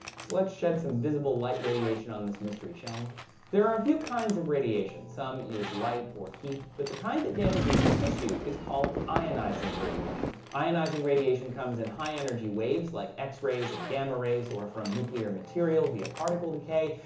so let's shed some visible light radiation on this mystery. there are a few kinds of radiation. some is light or heat, but the kind that damages tissue is called ionizing radiation. ionizing radiation comes in high-energy waves like x-rays and gamma rays, or from nuclear material via particle decay.